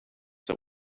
that